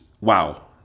wow